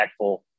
impactful